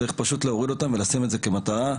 צריך פשוט להוריד אותם ולשים את זה כמטרה,